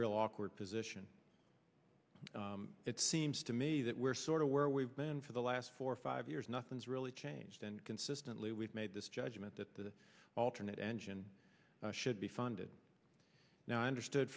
real awkward position it seems to me that we're sort of where we've been for the last four or five years nothing's really changed and consistently we've made this judgment that the alternate engine should be funded now understood